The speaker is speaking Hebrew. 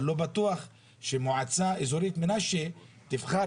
אבל לא בטוח שמועצה אזורית מנשה תבחר